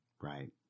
Right